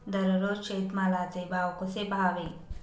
दररोज शेतमालाचे भाव कसे पहावे?